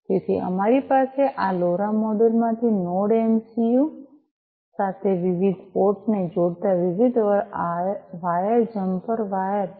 તેથી અમારી પાસે આ લોરા મોડ્યુલ માંથી નોડ એમસિયું સાથે વિવિધ પોર્ટ ને જોડતા વિવિધ અલગ વાયર જમ્પર વાયર છે